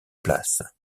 place